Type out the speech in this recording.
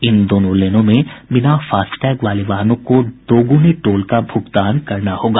इन लेनों में बिना फास्टैग वाले वाहनों को दोगुने टोल का भुगतान करना होगा